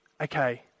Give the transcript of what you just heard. okay